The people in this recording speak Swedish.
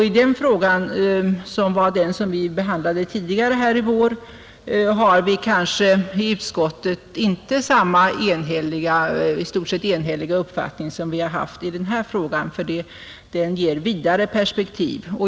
I den frågan, som vi behandlade tidigare här i vår, har vi i utskottet kanske inte haft den i stort sett enhälliga uppfattning som vi haft i denna fråga, ty den ger vidare perspektiv.